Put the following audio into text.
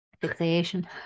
fixation